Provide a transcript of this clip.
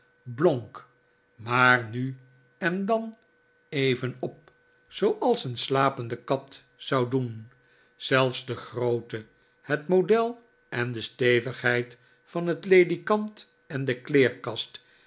blonk maar nu en dan even op zooals een slapende kat zou doen zelfs de grootte het model en de stevigheid van het ledikant en de kleerkast